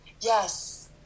yes